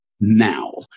now